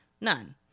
none